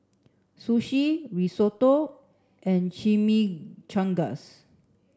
Sushi Risotto and Chimichangas